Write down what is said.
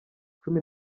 cumi